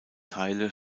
teile